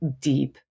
deep